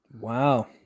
Wow